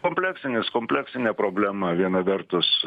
kompleksinis kompleksinė problema viena vertus